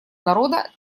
народа